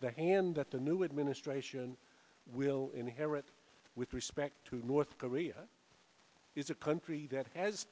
the hand that the new administration will inherit with respect to north korea is a country that has